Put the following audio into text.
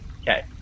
Okay